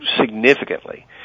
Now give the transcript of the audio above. significantly